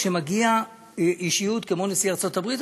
כשמגיעה אישיות כמו נשיא ארצות הברית,